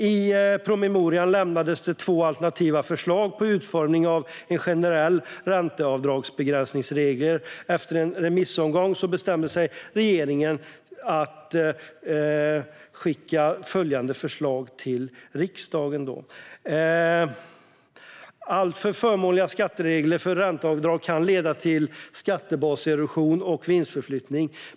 I promemorian lämnades det två alternativa förslag på utformning av en generell ränteavdragsbegränsningsregel. Efter en remissomgång bestämde sig regeringen för att skicka följande förslag till riksdagen. Alltför förmånliga skatteregler för ränteavdrag kan leda till skattebaserosion och vinstförflyttning.